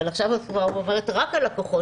אבל עכשיו את אומרת רק הלקוחות,